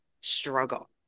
struggle